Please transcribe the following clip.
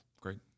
Great